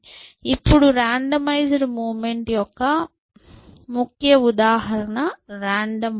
ఇప్పుడు randomized movement యొక్క ముఖ్య ఉదాహరణ రాండమ్ వాక్